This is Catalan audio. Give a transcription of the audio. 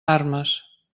armes